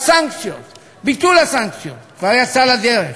ביטול הסנקציות, כבר יצא לדרך.